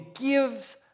gives